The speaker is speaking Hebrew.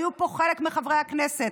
היו פה חלק מחברי הכנסת,